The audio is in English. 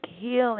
healing